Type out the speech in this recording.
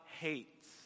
hates